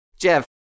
Jeff